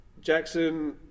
Jackson